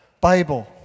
Bible